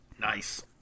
Nice